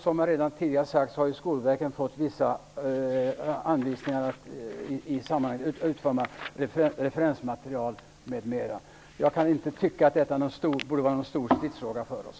Som jag redan tidigare har sagt har Skolverket fått vissa anvisningar i sammanhanget om att utforma referensmaterial m.m. Jag kan inte tycka att detta borde vara någon stor stridsfråga för oss.